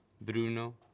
Bruno